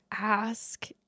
ask